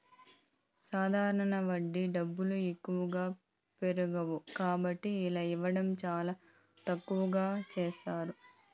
సాధారణ వడ్డీ డబ్బులు ఎక్కువగా పెరగవు కాబట్టి ఇలా ఇవ్వడం చాలా తక్కువగా చేస్తారు